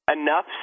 enough